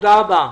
תודה רבה.